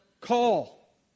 call